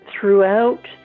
Throughout